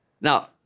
Now